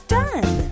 done